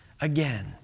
again